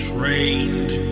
Trained